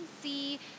see